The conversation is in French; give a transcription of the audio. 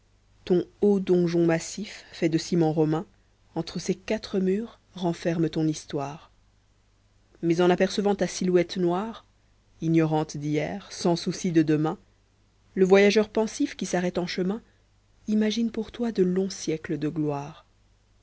ton haut donjon massif fait de ciment romain entre ses quatre murs renferme ton histoire mais en apercevant ta silhouette noire ignorante d'hier sans souci de demain le voyageur pensif qui s'arrête en chemin imagine pour toi de longs siècles de gloire